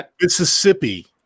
Mississippi